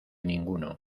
ninguno